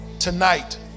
Tonight